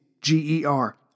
G-E-R